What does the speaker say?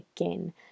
again